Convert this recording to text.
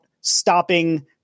stopping